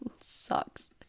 Sucks